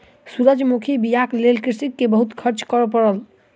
सूरजमुखी बीयाक लेल कृषक के बहुत खर्च करअ पड़ल